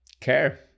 care